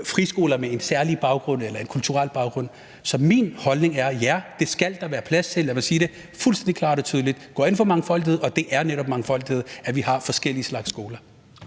friskoler med en særlig baggrund, en kulturel baggrund. Så min holdning er: Ja, det skal der være plads til. Og lad mig sige det fuldstændig klart og tydeligt: Jeg går ind for mangfoldighed, og det er netop mangfoldighed, at vi har forskellige slags skoler.